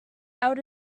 out